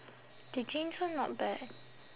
the jeans one not bad